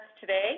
today